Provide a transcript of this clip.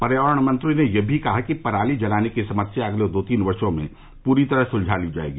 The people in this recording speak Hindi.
पर्यावरण मंत्री ने यह भी कहा कि पराली जलाने की समस्या अगले दो तीन वर्षो में पूरी तरह सुलझा ली जायेगी